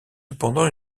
cependant